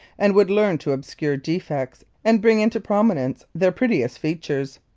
and would learn to obscure defects and bring into prominence their prettiest features.